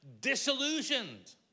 disillusioned